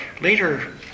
later